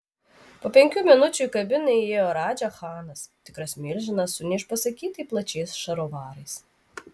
po penkių minučių į kabiną įėjo radža chanas tikras milžinas su neišpasakytai plačiais šarovarais